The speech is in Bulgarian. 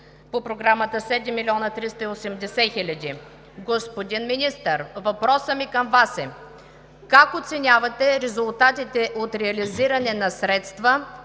по Програмата е 7 млн. 380 хил. лв. Господин Министър, въпросът ми към Вас е: как оценявате резултатите от реализиране на средства